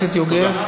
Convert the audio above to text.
תודה.